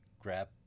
grab